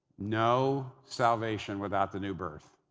no salvation without the new birth.